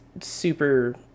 super